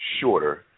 shorter